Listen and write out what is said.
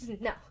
No